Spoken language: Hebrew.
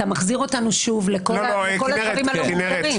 אתה מחזיר אותנו שוב לכל הדברים הלא מוגדרים.